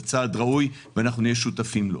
זה צעד ראוי ואנחנו שותפים לו,